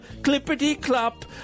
clippity-clop